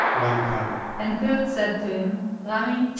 ram karmi and pilz said to him rami,